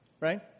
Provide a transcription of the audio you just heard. right